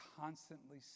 constantly